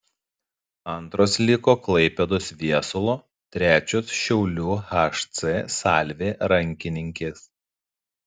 antros liko klaipėdos viesulo trečios šiaulių hc salvė rankininkės